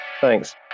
thanks